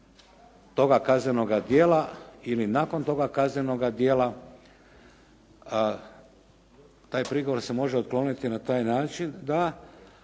toga kaznenoga djela ili nakon toga kaznenoga djela taj prigovor se može otkloniti na taj način